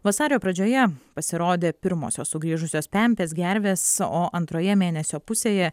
vasario pradžioje pasirodė pirmosios sugrįžusios pempės gervės o antroje mėnesio pusėje